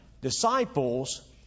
Disciples